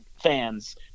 fans